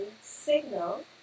signal